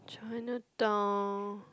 Chinatown